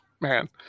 man